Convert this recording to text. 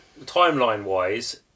timeline-wise